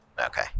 Okay